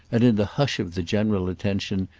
and, in the hush of the general attention,